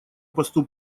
посту